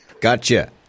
Gotcha